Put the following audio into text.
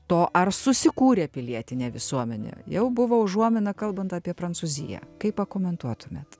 to ar susikūrė pilietinė visuomenė jau buvo užuomina kalbant apie prancūziją kaip pakomentuotumėt